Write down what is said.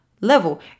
level